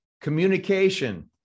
communication